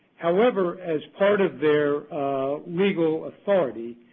however, as part of their legal authority,